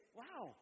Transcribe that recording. wow